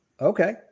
Okay